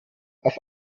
auf